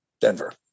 Denver